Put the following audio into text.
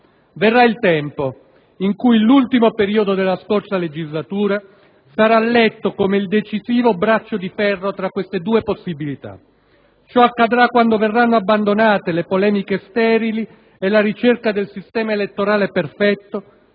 Verrà il tempo in cui l'ultimo periodo della scorsa legislatura sarà letto come il decisivo braccio di ferro tra queste due possibilità. Ciò accadrà quando verranno abbandonate le polemiche sterili e la ricerca del sistema elettorale "perfetto",